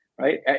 right